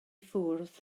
ffwrdd